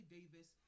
Davis